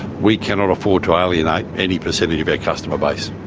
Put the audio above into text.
we cannot afford to alienate any percentage of our customer base.